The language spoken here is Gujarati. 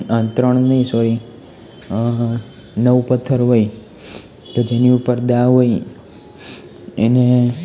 આ ત્રણ નહીં સોરી નવ પથ્થર હોય તો જેની ઉપર દાવ હોય એને